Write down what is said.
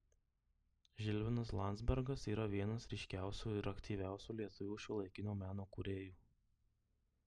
žilvinas landzbergas yra vienas ryškiausių ir aktyviausių lietuvių šiuolaikinio meno kūrėjų